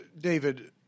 David